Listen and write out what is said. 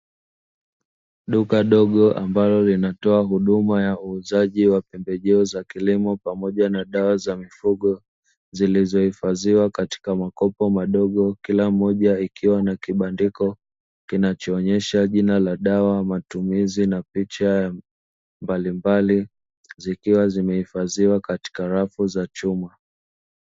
Duka dogo ambalo linatoa huduma ya uuzaji wa pemejeo za kilimo pamoja na dawa za mifugo zilizohifadhiwa katika makopo madogo, kila moja ikiwa na kibandiko kinachoonyesha jina la dawa, matumizi na picha mbalimbali zikiwa zimehifadhiwa katika rafu ya chuma.